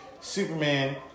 Superman